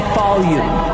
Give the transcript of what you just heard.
volume